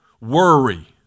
worry